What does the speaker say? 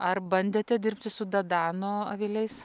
ar bandėte dirbti su dadano aviliais